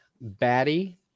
Batty